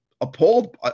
appalled